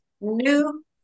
new